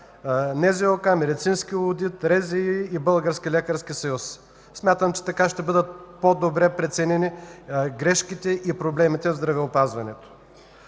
НЗОК, на медицинския одит, на РЗИ и на Българския лекарски съюз. Смятам, че така ще бъдат по-добре преценени грешките и проблемите в здравеопазването.